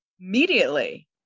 immediately